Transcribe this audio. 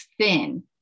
thin